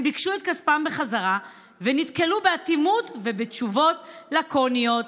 הם ביקשו את כספם חזרה ונתקלו באטימות ובתשובות לקוניות.